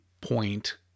point